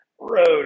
road